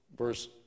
Verse